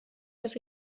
dass